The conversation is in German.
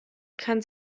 kann